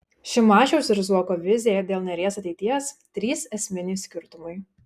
šimašiaus ir zuoko vizija dėl neries ateities trys esminiai skirtumai